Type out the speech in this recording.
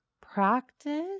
practice